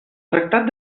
tractat